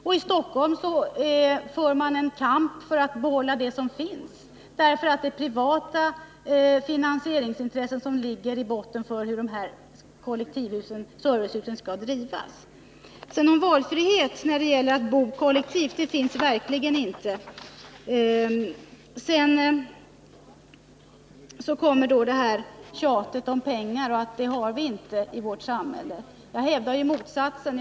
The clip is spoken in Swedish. I Stockholm för man en kamp för att behålla de kollektivhus som finns, därför att det är privata finansieringsintressen som ligger i botten för bristen på servicehus. Någon valfrihet att bo kollektivt finns verkligen inte. Sedan kommer tjatet om pengar och att vi inte har några pengar i vårt samhälle. Jag hävdar motsatsen.